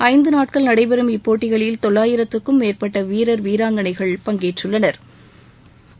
ஐந்து நாட்கள் நடைபெறும் இப்போட்டிகளில் தொள்ளாயிரத்திற்கும் மேற்பட்ட வீரர் வீராங்கனைகள் பங்கேற்றுள்ளனா்